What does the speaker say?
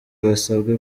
basabwe